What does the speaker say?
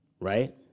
right